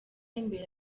mbere